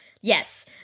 Yes